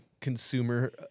consumer